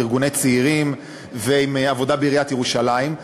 עם ארגוני צעירים ועם עבודה בעיריית ירושלים.